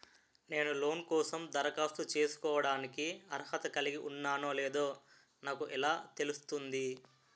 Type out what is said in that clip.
నేను లోన్ కోసం దరఖాస్తు చేసుకోవడానికి అర్హత కలిగి ఉన్నానో లేదో నాకు ఎలా తెలుస్తుంది?